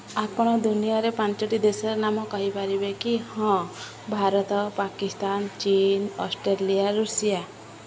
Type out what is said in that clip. ଆପଣ ଦୁନିଆରେ ପାଞ୍ଚଟି ଦେଶର ନାମ କହିପାରିବେ କି ହଁ ଭାରତ ପାକିସ୍ତାନ୍ ଚୀନ୍ ଅଷ୍ଟ୍ରେଲିଆ ଋଷିଆ